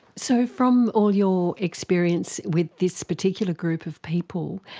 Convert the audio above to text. so from all your experience with this particular group of people,